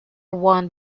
one